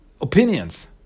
opinions